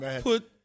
put